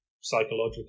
psychological